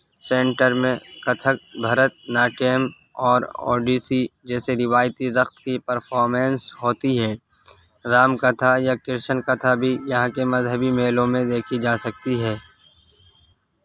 centre میں Kathak Bharatanatyam اور اوڈیسی جیسے روایتی رخت کی پرفارمنس ہوتی ہے رام کتھا یا کرشن کتھا بھی یہاں کے مذہبی میلوں میں دیکھی جا سکتی ہے